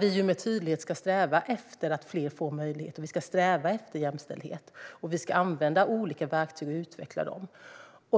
Vi ska med tydlighet sträva efter att fler får möjligheter, och vi ska sträva efter jämställdhet. Vi ska använda olika verktyg och utveckla dessa.